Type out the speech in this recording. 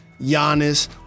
Giannis